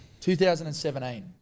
2017